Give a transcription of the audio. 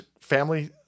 family